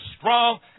strong